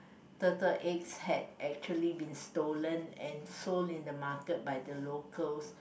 turtle eggs had actually been stolen and sold in the market by the locals